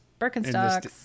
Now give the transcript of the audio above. Birkenstocks